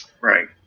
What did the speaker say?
Right